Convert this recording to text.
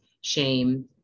shame